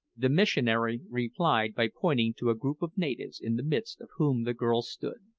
the missionary replied by pointing to a group of natives, in the midst of whom the girl stood.